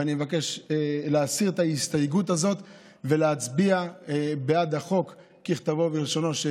ואני מבקש להסיר את ההסתייגות הזאת ולהצביע בעד החוק ככתבו וכלשונו,